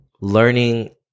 learning